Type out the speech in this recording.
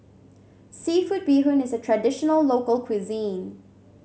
seafood Bee Hoon is a traditional local cuisine